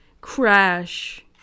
crash